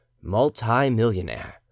multi-millionaire